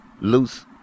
loose